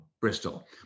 Bristol